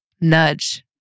nudge